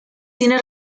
tiene